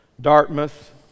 Dartmouth